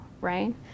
right